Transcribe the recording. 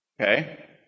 okay